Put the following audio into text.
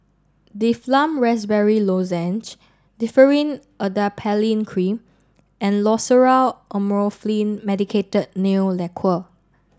Difflam Raspberry Lozenges Differin Adapalene Cream and Loceryl Amorolfine Medicated Nail Lacquer